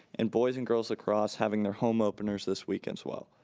and boys and girls lacrosse having their home openers this weekend, as well.